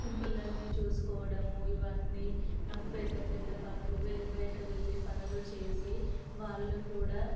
పిల్లల్ని చూసుకోవడం ఇవన్నీ మాకు పెద్ద పెద్ద పనులు బయట వెళ్లి పనులు చేసి వాళ్లు కూడా